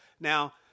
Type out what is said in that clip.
Now